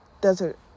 desert